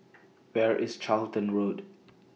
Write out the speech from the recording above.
Where IS Charlton Road